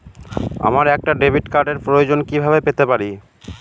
আমার একটা ডেবিট কার্ডের প্রয়োজন কিভাবে পেতে পারি?